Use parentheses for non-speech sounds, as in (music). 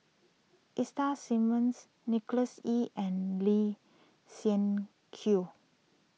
(unintelligible) Simmons Nicholas Ee and Lee Siak Kew